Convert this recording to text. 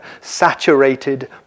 saturated